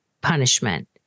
punishment